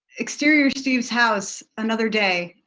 exterior steve's house another day.